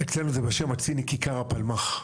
אצלנו זה בשם הציני, "כיכר הפלמ"ח".